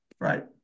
right